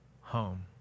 home